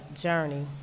journey